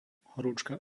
horúčka